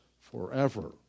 forever